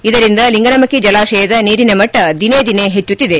ಇದರಿಂದ ಲಿಂಗನಮಕ್ಕಿ ಜಲಾಶಯದ ನೀರಿನ ಮಟ್ಟ ದಿನೇ ದಿನೇ ಹೆಚ್ಚುತ್ತಿದೆ